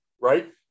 right